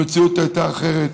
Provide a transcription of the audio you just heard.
המציאות הייתה אחרת,